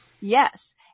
Yes